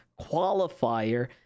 qualifier